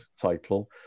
title